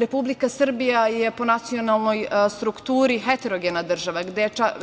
Republika Srbija je po nacionalnoj strukturi heterogena država,